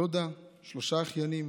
דודה ושלושה אחיינים